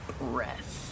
breath